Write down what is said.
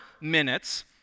minutes